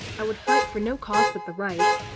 i would fight for no cause but the right.